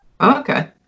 okay